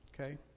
okay